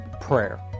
prayer